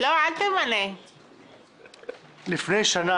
אני רשמתי פה כמה מושגים,